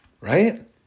right